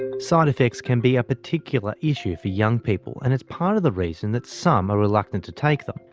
and side-effects can be a particular issue for young people, and it's part of the reason that some are reluctant to take them,